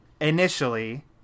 initially